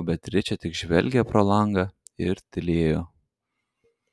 o beatričė tik žvelgė pro langą ir tylėjo